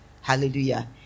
Hallelujah